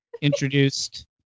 introduced